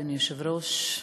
אדוני היושב-ראש,